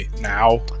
now